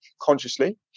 consciously